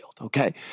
Okay